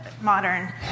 modern